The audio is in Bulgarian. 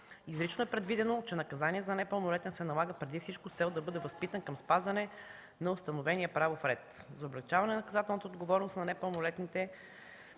Изрично е предвидено, че наказание за непълнолетен се налага преди всичко с цел да бъде възпитан към спазване на установения правов ред. За облекчаване на наказателната отговорност на непълнолетните